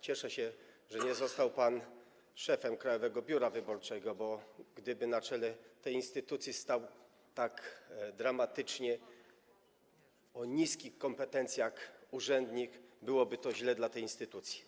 Cieszę się, że nie został pan szefem Krajowego Biura Wyborczego, bo gdyby na czele tej instytucji stał urzędnik o tak dramatycznie niskich kompetencjach, byłoby to źle dla tej instytucji.